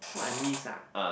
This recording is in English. what I miss ah